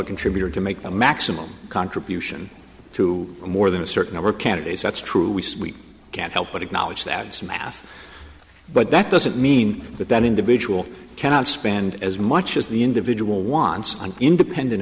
a contributor to make a maximum contribution to more than a certain number of candidates that's true we sweet can't help but acknowledge that it's math but that doesn't mean that that individual cannot spend as much as the individual wants an independent